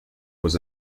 was